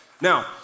Now